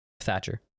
Thatcher